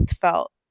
felt